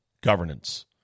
governance